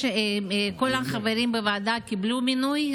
כלומר כל החברים בוועדה קיבלו מינוי?